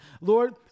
Lord